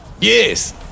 Yes